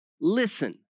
listen